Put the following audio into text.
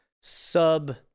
sub